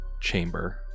chamber